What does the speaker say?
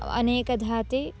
अनेकधा ते